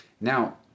Now